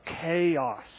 chaos